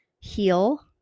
heal